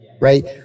Right